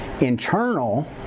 internal